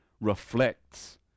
reflects